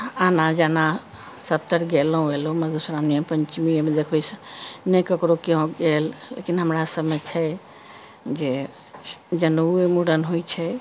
आना जाना सभतर गेलहुँ एलहुँ मधुश्रामनिए पञ्चमिएमे देखबै नहि ककरो कियो गेल लेकिन हमरासभमे छै जे जनेउए मुण्डन होइत छै